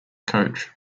coach